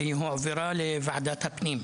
והיא הועברה לוועדת הפנים.